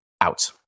Out